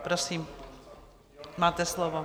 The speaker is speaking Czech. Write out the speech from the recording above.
Prosím, máte slovo.